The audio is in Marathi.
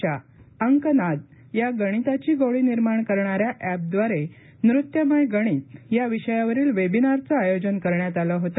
च्या अंकनाद या गणितविषयक गोडी निर्माण करणाऱ्या ऍप द्वारे नृत्यमय गणित या विषयावरील वेबिनारचे आयोजन करण्यात आले होते